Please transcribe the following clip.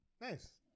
Nice